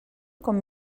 com